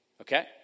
Okay